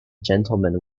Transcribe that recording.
gentleman